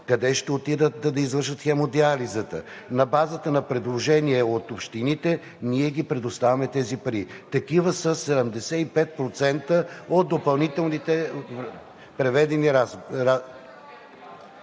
къде ще отидат да извършат хемодиализата. На базата на предложения от общините, ние ги предоставяме тези пари. Такива са 75% от допълнителните преведени разходи...